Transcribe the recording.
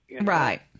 Right